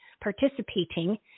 participating